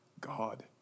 God